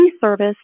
service